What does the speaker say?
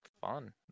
fun